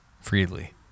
Freely